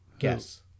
Yes